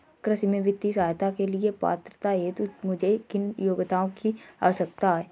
कृषि में वित्तीय सहायता के लिए पात्रता हेतु मुझे किन योग्यताओं की आवश्यकता है?